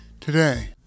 today